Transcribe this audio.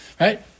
right